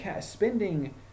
spending